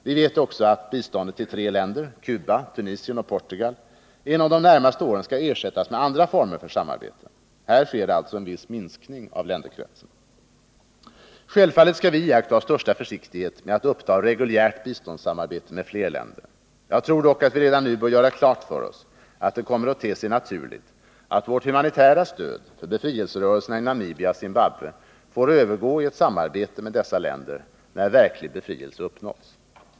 Vi vet också att biståndet till tre länder, Cuba, Tunisien och Portugal, inom de närmaste åren skall ersättas med andra former för samarbete. Här sker alltså en viss minskning av länderkretsen. Självfallet skall vi iaktta största försiktighet med att uppta reguljärt biståndssamarbete med fler länder. Jag tror dock att vi redan nu bör göra klart för oss att det kommer att te sig naturligt att vårt humanitära stöd för befrielserörelserna i Namibia och Zimbabwe får övergå i samarbete med dessa länder när verklig befrielse uppnåtts.